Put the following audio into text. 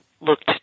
looked